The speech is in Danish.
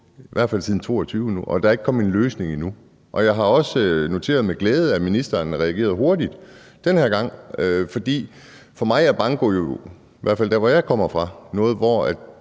i hvert fald siden 2022, og der er ikke kommet en løsning endnu. Jeg har også noteret med glæde, at ministeren reagerede hurtigt den her gang. Banko er jo – i hvert fald der, hvor jeg kommer fra – noget, hvor